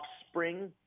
offspring